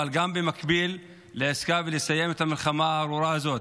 אבל במקביל גם עסקה לסיים את המלחמה הארורה הזאת,